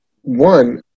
one